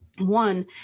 One